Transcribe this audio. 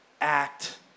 act